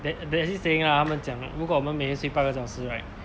the~ there's this saying ah 他们讲如果我们每天睡八个小时 right